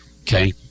Okay